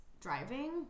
driving